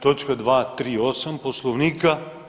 Točka 238 Poslovnika.